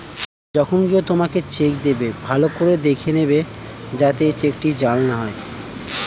যখন কেউ তোমাকে চেক দেবে, ভালো করে দেখে নেবে যাতে চেকটি জাল না হয়